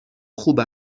خوب